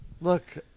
look